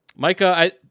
Micah